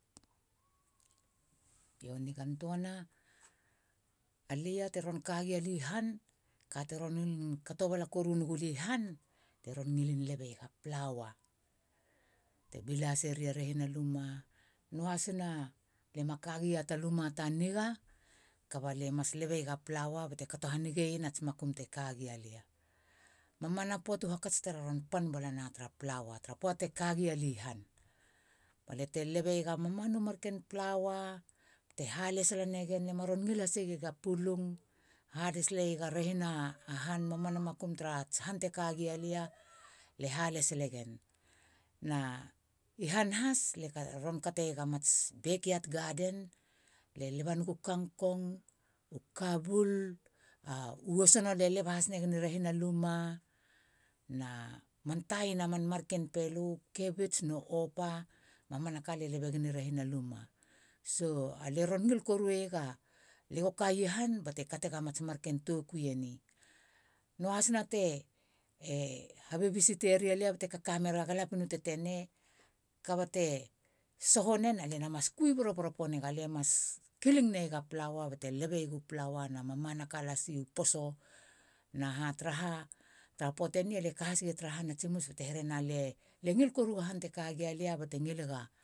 Io, nigan töana, alia te ron ka gia lia i han, ka te ron ngilin kato bala koru negia lia i han, lie ron ngilin lebeieg a plaua te belaseria rehina luma. Noa hasina lie maka gia ta luma ta niga, kaba lie mas lebeueg a plaua bate kato hanigeiena ats makum te ka gia lia. Mamana pöata u hakats te roron pan balana tara plaua tara pöata te kagia lia i han. Balia te lebeieg u mamana u marken plaua bate halesala negen, lia ma ron ngil hase gi ga pulung. Haleseieg a rehina han mamana makum tarats han te ka gia lie halesale gen. Na i han has lie ron kateieg a mats bek iat gaden. Lie leba negu kangkong, u kabul. a u sono, lie leba has negen i rehina luma. Na man taina man marken pelo. U kebits no opa, mamanaka lie lebe gen i rehina luma. So alie ron ngil korueg alia ego kaie hanbate katega mats marken toukui eni. Noa hasina te e habebi sita ria lia bate kaka merag a galapien u tetenei, kaba te soho nen alie mas kui boroboro ponig, a lie mas kiling neieg a plaua bate lebeieg a plaua na mamanaka lasi. U poso na ha taraha tara pöate ni alie ka has gi tara han a tsimus bete herena lie ngil korueig a han te kagia lia bate ngilega